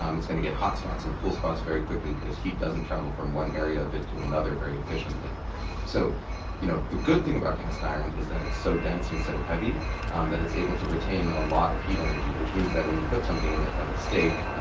um it's going to get hot spots and cool spots very quickly because heat doesn't travel from one area of it to another very efficiently so you know the good thing about cast iron is that it's so dense and so heavy um that it's able to retain a lot of heat energy. which means that when you put something like a like steak ah